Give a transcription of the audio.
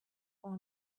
all